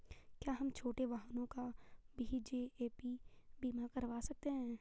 क्या हम छोटे वाहनों का भी जी.ए.पी बीमा करवा सकते हैं?